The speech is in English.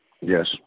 Yes